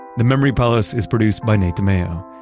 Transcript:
the memory palace is produced by nate dimeo.